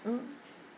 mm